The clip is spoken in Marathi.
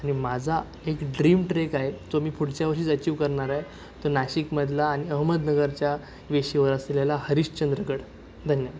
आणि माझा एक ड्रीम ट्रेक आहे तो मी पुढच्या वर्षीच अचीव करणार आहे तो नाशिकमधला आणि अहमदनगरच्या वेशीवर असलेला हरिश्चंद्रगड धन्यवाद